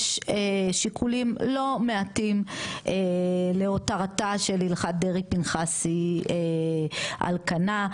יש שיקולים לא מעטים להותרתה של הלכת דרעי פנחסי על כנה,